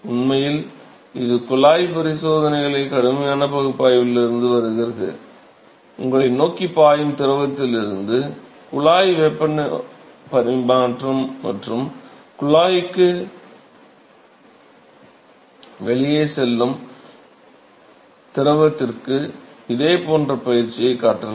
உண்மையில் இது குழாய் பரிசோதனைகளின் கடுமையான பகுப்பாய்விலிருந்து வருகிறது உங்களை நோக்கி பாயும் திரவத்திலிருந்து குழாய் வெப்ப பரிமாற்றம் மற்றும் குழாய்க்கு வெளியே செல்லும் திரவத்திற்கும் இதேபோன்ற பயிற்சியை காட்டலாம்